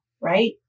right